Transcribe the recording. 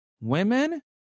Women